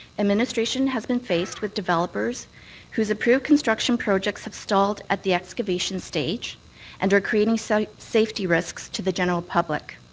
administration has been faced with developers whose approved construction projects have stalled at the excavation stage and are creating so safety risks to the gener public.